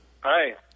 Hi